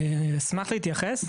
אשמח להתייחס.